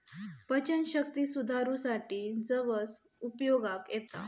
पचनशक्ती सुधारूसाठी जवस उपयोगाक येता